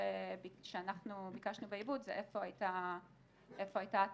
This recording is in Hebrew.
שאנחנו ביקשנו בעיבוד זה איפה הייתה ההטרדה.